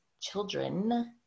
children